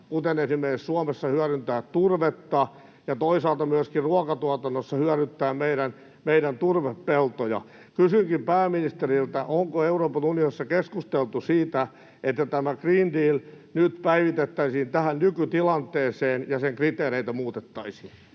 kuten esimerkiksi Suomessa hyödyntää turvetta ja toisaalta myöskin ruokatuotannossa hyödyntää meidän turvepeltoja. Kysynkin pääministeriltä: onko Euroopan unionissa keskusteltu siitä, että tämä Green Deal nyt päivitettäisiin tähän nykytilanteeseen ja sen kriteereitä muutettaisiin?